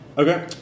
Okay